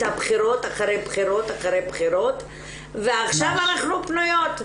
הבחירות אחרי בחירות אחרי בחירות ועכשיו אנחנו פנויות.